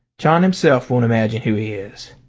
john himself won't imagine who he is.